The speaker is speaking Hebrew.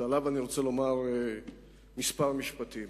שאני רוצה לומר עליו כמה משפטים.